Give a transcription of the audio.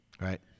Right